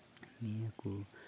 ᱱᱤᱭᱟᱹ ᱠᱚ